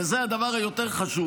וזה הדבר היותר-חשוב,